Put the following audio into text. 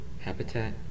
Habitat